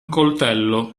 coltello